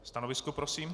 Stanovisko prosím?